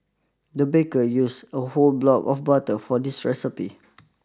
the baker used a whole block of butter for this recipe